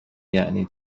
یعنی